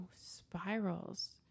spirals